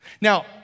Now